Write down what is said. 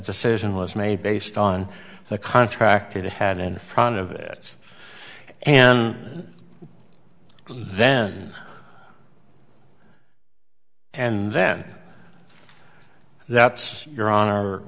decision was made based on the contract it had in front of it and then and then that's your hon